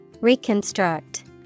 Reconstruct